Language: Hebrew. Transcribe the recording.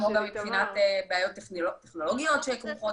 כמו גם מבחינת בעיות טכנולוגיות שכרוכות.